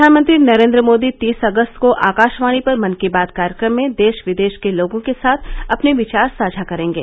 प्रधानमंत्री नरेंद्र मोदी तीस अगस्त को आकाशवाणी पर मन की बात कार्यक्रम में देश विदेश के लोगों के साथ अपने विचार साझा करेंगे